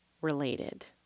Related